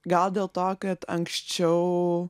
gal dėl to kad anksčiau